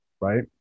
right